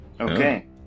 Okay